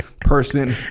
person